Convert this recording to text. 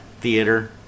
theater